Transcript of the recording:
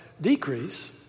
Decrease